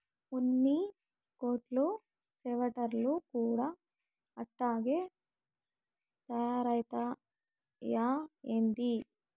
ఉన్ని కోట్లు స్వెటర్లు కూడా అట్టాగే తయారైతయ్యా ఏంది